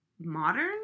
modern